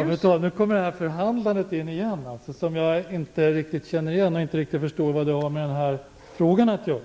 Fru talman! Nu kommer frågan om förhandlandet upp igen. Det är något som jag inte riktigt känner igen, och jag förstår inte vad det har med den här frågan att göra,